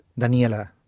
Daniela